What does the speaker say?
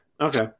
Okay